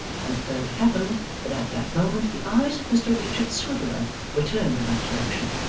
and it further happened that at that moment the eyes of mr richard swiveller were turned in that direction,